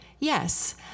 Yes